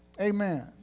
Amen